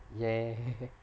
!yay!